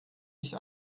nicht